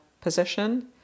position